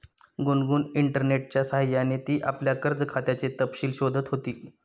गुनगुन इंटरनेटच्या सह्याने ती आपल्या कर्ज खात्याचे तपशील शोधत होती